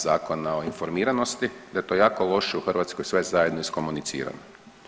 Zakona o informiranosti, da to jako loše u Hrvatskoj sve zajedno iskomunicirano.